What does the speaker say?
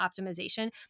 optimization